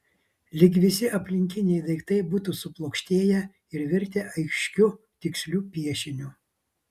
lyg visi aplinkiniai daiktai būtų suplokštėję ir virtę aiškiu tiksliu piešiniu